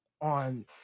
on